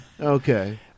Okay